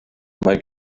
mae